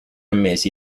mesi